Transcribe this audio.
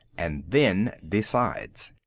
and then decides.